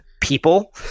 people